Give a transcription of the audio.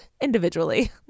Individually